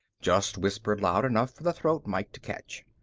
just whispered loud enough for the throat mike to catch.